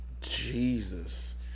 Jesus